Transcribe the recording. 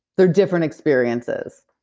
they're different experiences